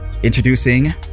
introducing